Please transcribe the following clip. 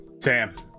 Sam